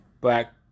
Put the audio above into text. black